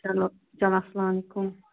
چلو چلو اَسلامُ علیکُم